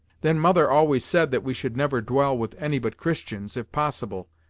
then mother always said that we should never dwell with any but christians, if possible,